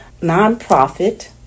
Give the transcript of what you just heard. nonprofit